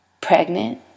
Pregnant